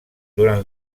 durant